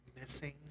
missing